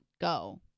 go